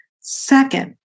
Second